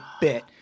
bit